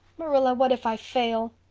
marilla, what if i fail!